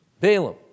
Balaam